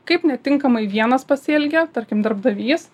kaip netinkamai vienas pasielgė tarkim darbdavys